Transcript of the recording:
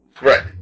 Right